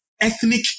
ethnic